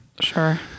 Sure